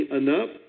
enough